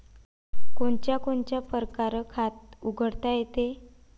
कोनच्या कोनच्या परकारं खात उघडता येते?